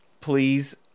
please